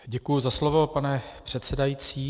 Děkuju za slovo, pane předsedající.